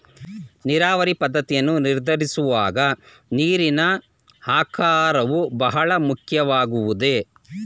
ನೀರಾವರಿ ಪದ್ದತಿಯನ್ನು ನಿರ್ಧರಿಸುವಾಗ ನೀರಿನ ಆಕಾರವು ಬಹಳ ಮುಖ್ಯವಾಗುವುದೇ?